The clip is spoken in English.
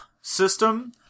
system